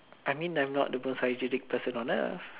I mean I'm not the most hygienic person on earth